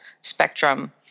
spectrum